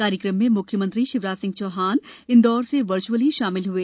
कार्यक्रम में म्ख्यमंत्री शिवराज सिंह चौहान इंदौर से वर्च्अली शामिल हए